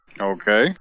Okay